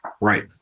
Right